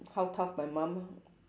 how tough my mum